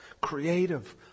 creative